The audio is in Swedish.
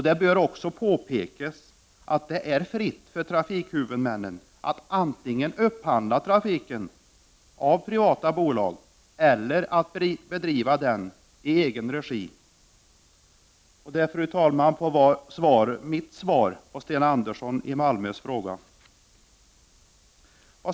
Det bör dock påpekas att det är fritt för trafikhuvudmännen att antingen upphandla trafik av privata bolag eller att bedriva den i egen regi. Det får, fru talman, vara mitt svar på Sten Anderssons i Malmö fråga.